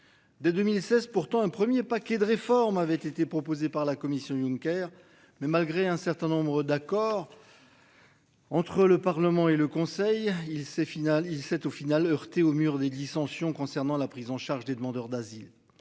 Dès 2016, pourtant un 1er paquet de réformes avaient été proposé par la Commission Juncker mais malgré un certain nombre d'accord. Entre le Parlement et le Conseil il s'est finale il s'est au final heurté au mur des dissensions concernant la prise en charge des demandeurs d'asile.